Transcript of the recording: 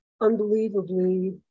unbelievably